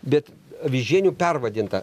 bet avižienių pervadinta